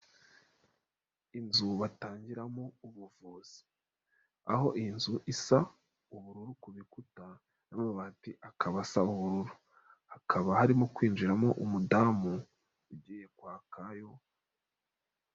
Inzu batangiramo ubuvuzi, aho iyo nzu isa ubururu ku rukuta, n'amabati akaba asa ubururu, hakaba harimo kwinjiramo umudamu ugiye kwakayo serivisi.